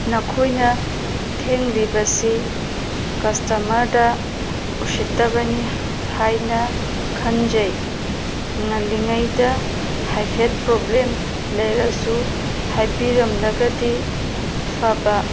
ꯅꯈꯣꯏꯅ ꯊꯦꯡꯂꯤꯕꯁꯤ ꯀ꯭ꯁꯇꯃ꯭ꯔꯗ ꯎꯁꯤꯠꯇꯕꯅꯤ ꯍꯥꯏꯅ ꯈꯟꯖꯩ ꯉꯜꯂꯤꯉꯩꯗ ꯍꯥꯏꯐꯦꯠ ꯄ꯭ꯂꯣꯕ꯭ꯂꯦꯝ ꯂꯩꯔꯁꯨ ꯍꯥꯏꯕꯤꯔꯝꯂꯒꯗꯤ ꯐꯕ